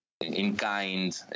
in-kind